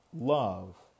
Love